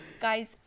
guys